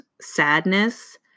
sadness